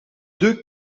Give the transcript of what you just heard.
deux